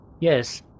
Yes